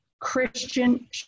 Christian